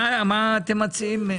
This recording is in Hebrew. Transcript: חמד, מה אתם מציעים?